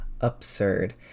absurd